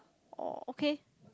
oh okay